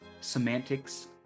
semantics